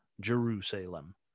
jerusalem